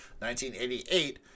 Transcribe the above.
1988